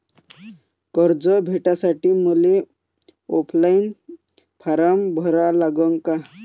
कर्ज भेटासाठी मले ऑफलाईन फारम भरा लागन का?